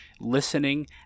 listening